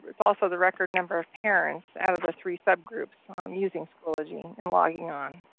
it's also the record number of parents out of the three subgroups on using schoology and logging on.